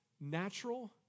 natural